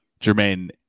Jermaine